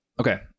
Okay